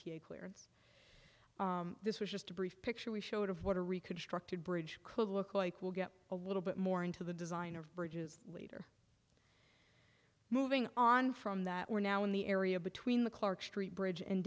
clear this was just a brief picture we showed of what a reconstructed bridge could look like we'll get a little bit more into the design of bridges later moving on from that we're now in the area between the clark street bridge and